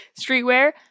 Streetwear